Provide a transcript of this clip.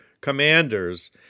commanders